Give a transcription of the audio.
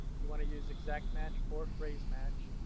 you want to use exact match or phrase match.